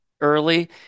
early